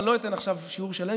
אני לא אתן עכשיו שיעור שלם,